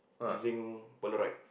using polaroid